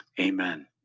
amen